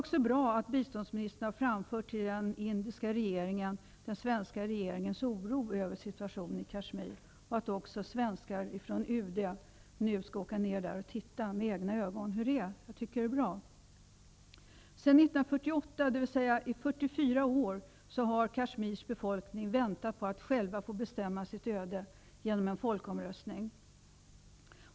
Det är bra att biståndsministern till den indiska regeringen har framfört att den svenska regeringen med oro ser på situationen i Kashmir. Det är också bra att svenskt folk från UD skall åka ner för att med egna ögon se hur det förhåller sig. Sedan 1948, dvs. i 44 år, har Kashmirs befolkning väntat på att själv få bestämma sitt öde genom en folkomröstning.